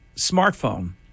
smartphone